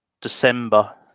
december